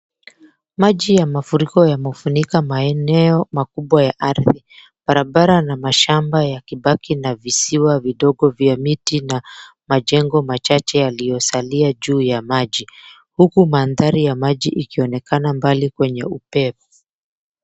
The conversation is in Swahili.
Maji ya mafuriko yamefunika maeneo kubwa ya ardhi, barabara na shamba yakibaki na visiwa vidogo vya miti na majengo machache yaliyosalia juu ya maji, huku mandhari ya maji yakionekana mbali kwenye upeo.